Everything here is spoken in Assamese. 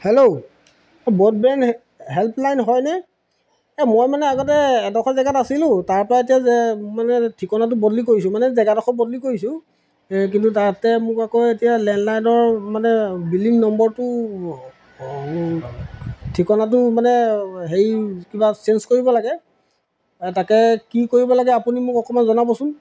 হেল্ল' ব্ৰডব্ৰেণ্ড হেল্পলাইন হয়নে এই মই মানে আগতে এডখৰ জেগাত আছিলোঁ তাৰপৰা এতিয়া মানে ঠিকনাটো বদলি কৰিছোঁ মানে জেগাডখৰ বদলি কৰিছোঁ কিন্তু তাতে মোক আকৌ এতিয়া লেণ্ডলাইনৰ মানে বিলিং নম্বৰটো ঠিকনাটো মানে হেৰি কিবা চেইঞ্জ কৰিব লাগে তাকে কি কৰিব লাগে আপুনি মোক অকণমান জনাবচোন